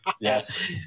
Yes